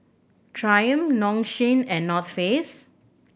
Triumph Nong Shim and Not Face